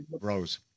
Rose